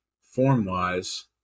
form-wise